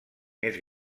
més